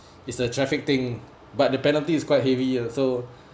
it's a traffic thing but the penalty is quite heavy ah so